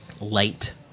light